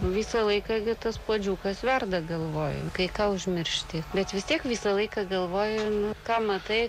visą laiką gi tas puodžiukas verda galvoj kai ką užmiršti bet vis tiek visą laiką galvoji ką matai